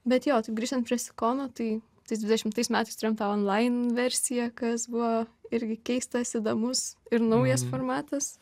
bet jo taip grįžtant prie sikono tai tais dvidešimtais metais turėjom tą onlain versiją kas buvo irgi keistas įdomus ir naujas formatas